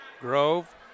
Grove